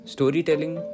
Storytelling